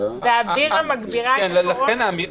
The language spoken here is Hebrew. והבירה מגבירה את הקורונה?